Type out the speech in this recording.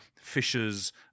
fishers